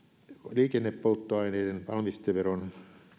liikennepolttoaineiden valmisteveron